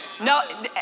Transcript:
no